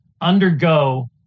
undergo